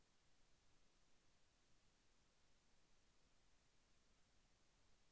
దోసలో నీటి నిల్వ చేయవచ్చా?